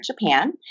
Japan